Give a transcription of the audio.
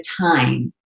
time